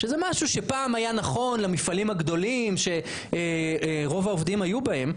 שזה היה נכון למפעלים הגדולים שרוב העובדים היו בהם.